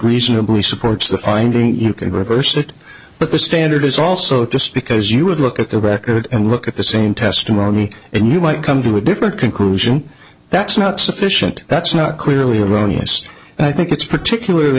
reasonably supports the finding you can reverse that but the standard is also just because you would look at the record and look at the same testimony and you might come to a different conclusion that's not sufficient that's not clearly erroneous and i think it's particularly